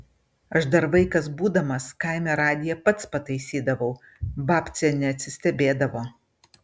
aš dar vaikas būdamas kaime radiją pats pataisydavau babcė neatsistebėdavo